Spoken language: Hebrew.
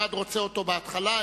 אחד רוצה אותו בהתחלה,